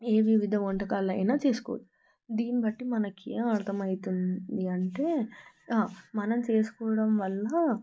ఏ వివిధ వంటకాలు అయినా చేసుకోవచ్చు దీన్ని బట్టి మనకేం అర్థమవుతుంది అంటే మనం చేసుకోవడం వల్ల